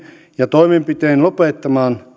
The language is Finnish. ja toimenpitein lopettamaan